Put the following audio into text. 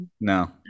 No